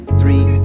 three